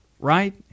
right